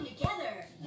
together